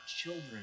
children